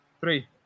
three